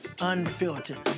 unfiltered